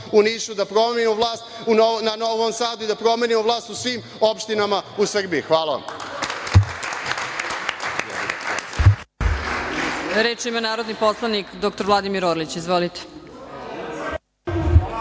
u Nišu, da promenimo vlast u Novom Sadu i da promenimo vlast u svim opštinama u Srbiji. Hvala. **Sandra Božić** Reč ima narodni poslanik dr Vladimir Orlić.